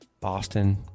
Boston